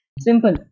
Simple